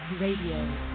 Radio